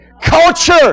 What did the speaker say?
culture